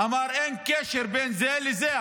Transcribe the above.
הוא אמר: אין קשר בין זה לזה.